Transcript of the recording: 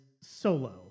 Solo